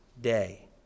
day